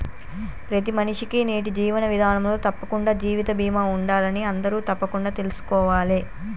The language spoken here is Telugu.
ప్రతి మనిషికీ నేటి జీవన విధానంలో తప్పకుండా జీవిత బీమా ఉండాలని అందరూ తప్పకుండా తెల్సుకోవాలే